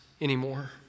anymore